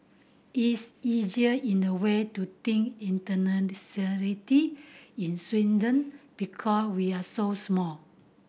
it's easier in a way to think inter nationality in Sweden because we're so small